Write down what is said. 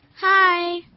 Hi